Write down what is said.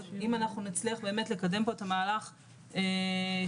ואם אנחנו נצליח באמת לקדם פה את המהלך של